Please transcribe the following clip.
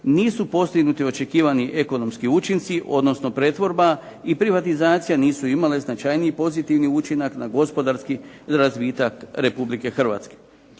nisu postignuti očekivani ekonomski učinci, odnosno pretvorba i privatizacija nisu imale značajniji pozitivni učinak na gospodarski razvitak Republike Hrvatske.